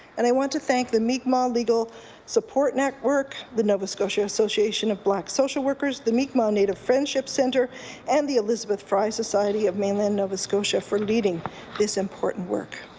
and i want to thank the mi'kmaq legal support network, the nova scotia association of black social workers, the mi'kmaq native friendship centre and the elizabeth frye society of mainland nova scotia for leading this important work.